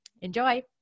Enjoy